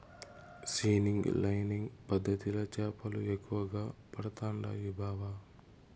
seining lining పద్ధతిల చేపలు ఎక్కువగా పడుతండాయి బావ